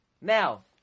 Now